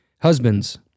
Husbands